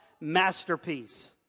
masterpiece